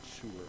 sure